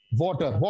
water